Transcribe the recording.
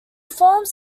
forms